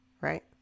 Right